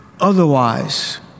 Otherwise